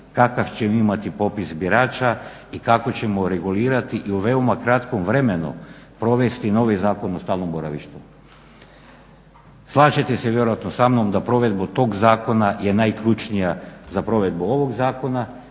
kakav ćemo imati popis birača i kako ćemo regulirati i u veoma kratkom vremenu provesti novi Zakon o stalnom boravištu. Slažete se vjerojatno sa mnom da provedbu tog zakona je najključnija za provedbu ovog zakona,